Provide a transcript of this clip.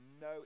no